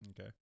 Okay